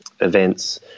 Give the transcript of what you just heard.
events